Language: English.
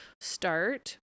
start